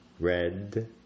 red